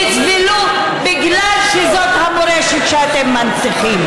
יסבלו בגלל שזו המורשת שאתם מנציחים.